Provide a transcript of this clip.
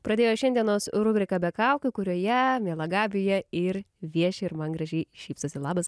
pradėjo šiandienos rubriką be kaukių kurioje miela gabija ir vieši ir man gražiai šypsosi labas